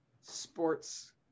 sports